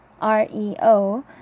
R-E-O